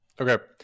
okay